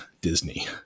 Disney